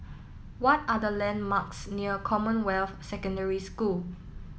what are the landmarks near Commonwealth Secondary School